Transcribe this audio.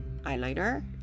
eyeliner